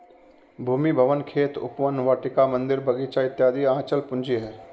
भूमि, भवन, खेत, उपवन, वाटिका, मन्दिर, बगीचा इत्यादि अचल पूंजी है